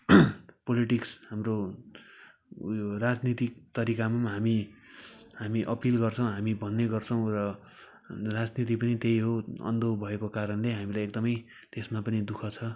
politics हाम्रो उयो राजनैतिक तरिका पनि हामी हामी अपिल गर्छौँ हामी भन्ने गर्छौँ र राजनीति पनि त्यही हो अन्धो भएको कारणले हामीलाई एकदमै त्यसमा पनि दुःख छ